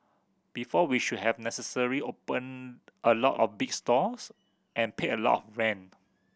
before we should have necessarily opened a lot of big stores and paid a lot rent